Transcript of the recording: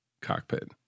cockpit